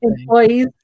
Employees